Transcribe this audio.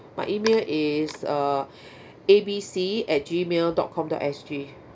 my email is uh A_B_C at gmail dot com dot S_G